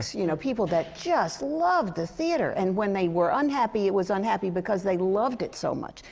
you know, people that just love the theatre. and when they were unhappy, it was unhappy because they loved it so much.